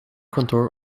kantoor